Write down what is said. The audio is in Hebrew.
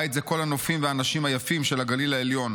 בית זה כל הנופים והאנשים היפים של הגליל העליון.